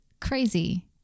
crazy